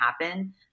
happen